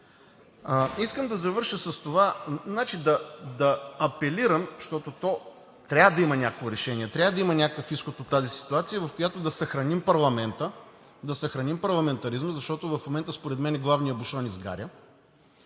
Искам да завърша с това, да апелирам, защото трябва да има някакво решение, трябва да има някакъв изход от тази ситуация, в която да съхраним парламентаризма, защото в момента според мен главният бушон изгаря,